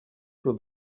però